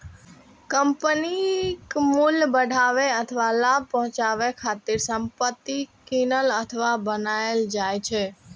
कंपनीक मूल्य बढ़ाबै अथवा लाभ पहुंचाबै खातिर संपत्ति कीनल अथवा बनाएल जाइ छै